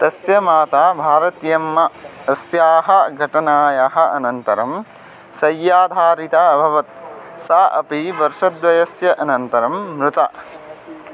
तस्य माता भारतियम्म अस्याः घटनायाः अनन्तरं सय्याधारिता अवभत् सा अपि वर्षद्वयस्य अनन्तरं मृता